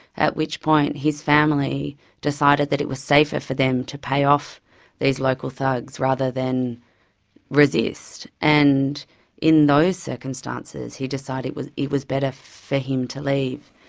at which point his family decided that it was safer for them to pay off these local thugs rather than resist. and in those circumstances he decided it was better for him to leave.